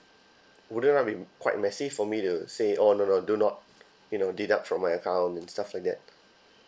wouldn't that be quite messy for me to say oh no no do not you know deduct from my account and stuff like that